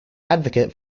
advocate